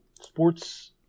sports